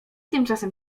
tymczasem